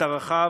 את ערכיו,